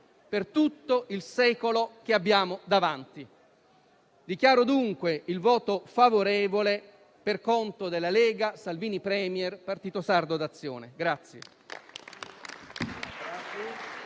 per tutto il secolo che abbiamo davanti. Dichiaro dunque il voto favorevole per conto della Lega-Salvini *Premier*-Partito Sardo d'Azione.